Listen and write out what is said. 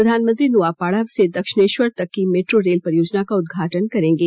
प्रधानमंत्री नोआपाड़ा से दक्षिणेश्वर तक की मेट्रो रेल परियोजना का उद्घाटन करेंगे